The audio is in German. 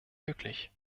möglich